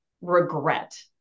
regret